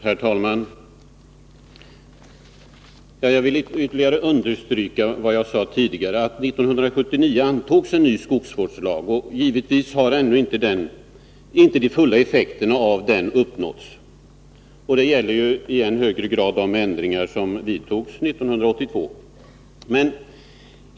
Herr talman! Jag vill ytterligare understryka vad jag sade tidigare: 1979 antogs en ny skogsvårdslag, och givetvis har ännu inte de fulla effekterna av den uppnåtts. Detta gäller i ännu högre grad de ändringar som vidtogs 1982.